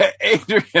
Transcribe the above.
Adrian